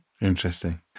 Interesting